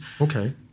Okay